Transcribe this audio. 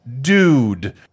dude